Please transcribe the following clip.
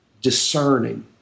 discerning